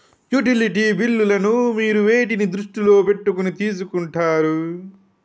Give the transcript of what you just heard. Utility బిల్లులను మీరు వేటిని దృష్టిలో పెట్టుకొని తీసుకుంటారు?